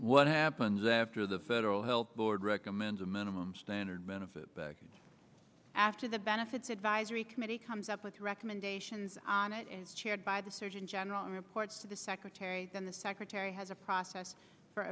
what happens after the federal health board recommends a minimum standard benefit back after the benefits advisory committee comes up with recommendations on it is chaired by the surgeon general reports to the secretary and the secretary has a process for